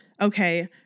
Okay